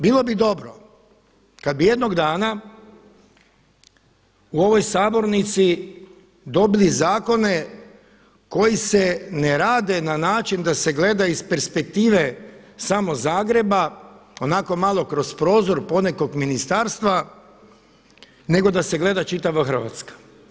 Bilo bi dobro kad bi jednog dana u ovoj sabornici dobili zakone koji se ne rade na način da se gleda iz perspektive samo Zagreba, onako malo kroz prozor ponekog ministarstva nego da se gleda čitava Hrvatska.